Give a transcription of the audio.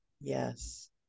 Yes